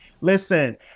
listen